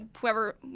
whoever